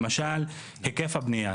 למשל, היקף הבנייה.